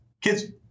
Kids